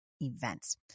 events